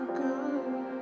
good